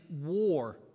war